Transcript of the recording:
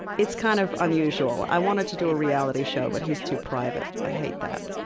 it's kind of unusual. i wanted to do a reality show, but he's too private. i hate that.